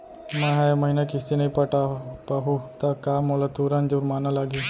मैं ए महीना किस्ती नई पटा पाहू त का मोला तुरंत जुर्माना लागही?